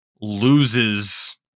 loses